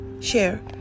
share